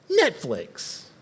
Netflix